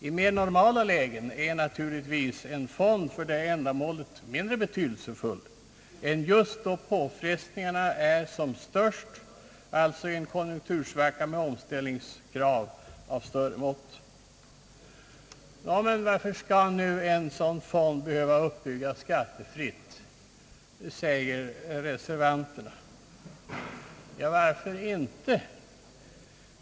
I mer normala lägen är naturligtvis en fond för detta ändamål mindre betydelsefull än just då påfrestningen är som störst — i en konjunktursvacka med omställningskrav av stora mått. Varför skall en sådan fond behöva uppbyggas skattefritt, frågar reservan terna. Ja, varför inte?